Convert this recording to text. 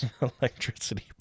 Electricity